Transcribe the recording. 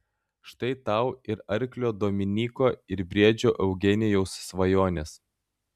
štai tau ir arklio dominyko ir briedžio eugenijaus svajonės